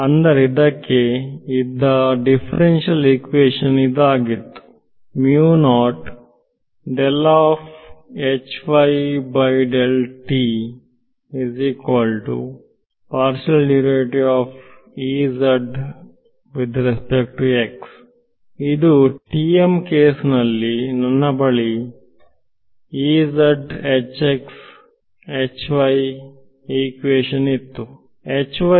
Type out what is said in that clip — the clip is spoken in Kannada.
ಅಂದರೆ ಇದಕ್ಕೆ ಇದ್ದ ದಿಫರೆನ್ಸಿಯಲ್ ಇಕ್ವೇಶನ್ ಇದಾಗಿತ್ತು ಇದು TM ನ ಕೇಸ್ TM ಕೇಸ್ ನಲ್ಲಿ ನನ್ನ ಬಳಿ ಇಕ್ವೇಶನ್ ಇತ್ತು ಅಲ್ಲವೇ